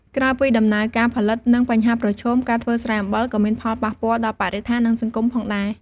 ក្រៅពីដំណើរការផលិត និងបញ្ហាប្រឈម ការធ្វើស្រែអំបិលក៏មានផលប៉ះពាល់ដល់បរិស្ថាន និងសង្គមផងដែរ។